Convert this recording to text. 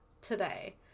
today